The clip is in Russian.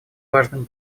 важным